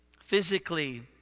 physically